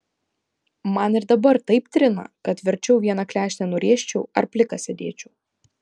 man ir dabar taip trina kad verčiau vieną klešnę nurėžčiau ar plikas sėdėčiau